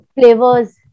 flavors